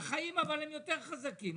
אבל החיים יותר חזקים.